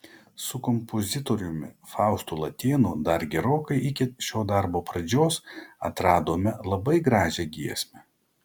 su kompozitoriumi faustu latėnu dar gerokai iki šio darbo pradžios atradome labai gražią giesmę